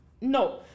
No